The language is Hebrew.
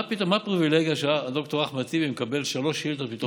מה הפריבילגיה שהד"ר אחמד טיבי מקבל שלוש שאילתות מתוך ארבע?